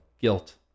guilt